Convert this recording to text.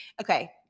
Okay